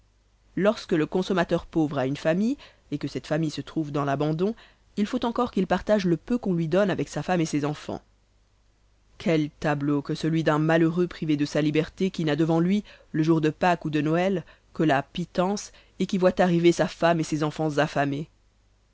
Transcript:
lorsque le consommateur pauvre a une famille et que cette famille se trouve dans l'abandon il faut encore qu'il partage le peu qu'on lui donne avec sa femme et ses enfans quel tableau que celui d'un malheureux privé de sa liberté qui n'a devant lui le jour de pâque ou de noël que la pitence et qui voit arriver sa femme et ses enfans affamés